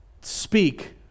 speak